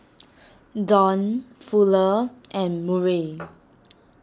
Don Fuller and Murray